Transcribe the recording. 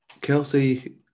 Kelsey